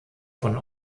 von